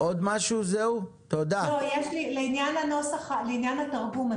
לעניין התרגום,